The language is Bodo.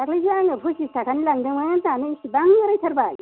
दाखालैसो आङो फसिस थाखानि लांदोंमोन दानो एसेबां बाराय थारबाय